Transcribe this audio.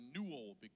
renewal